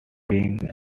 being